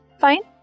fine